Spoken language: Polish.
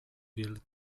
wielki